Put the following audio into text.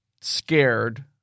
scared